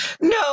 No